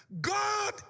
God